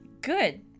Good